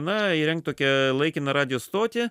na įrengti tokią laikiną radijo stotį